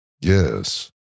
Yes